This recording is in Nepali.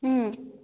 अँ